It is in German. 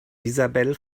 isabel